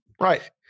Right